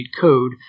code